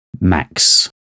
Max